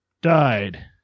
died